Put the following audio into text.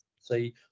see